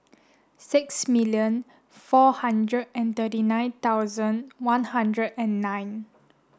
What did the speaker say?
six million four hundred and thirty nine thousand one hundred and nine